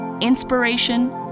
Inspiration